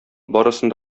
барысын